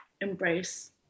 embrace